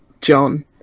John